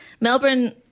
Melbourne